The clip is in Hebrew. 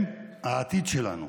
הם העתיד שלנו.